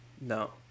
No